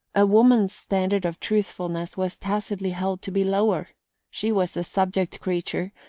a woman's standard of truthfulness was tacitly held to be lower she was the subject creature,